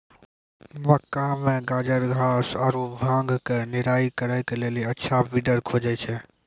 मक्का मे गाजरघास आरु भांग के निराई करे के लेली अच्छा वीडर खोजे छैय?